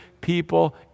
people